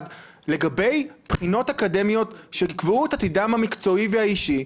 לגבי בחינות אקדמיות שיקבעו את עתידם המקצועי והאישי,